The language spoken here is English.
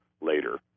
later